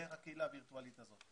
דרך הקהילה הווירטואלית הזאת.